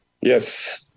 yes